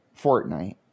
Fortnite